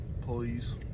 Please